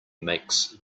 makes